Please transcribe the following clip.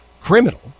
criminal